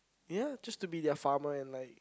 ya just to be their farmer and like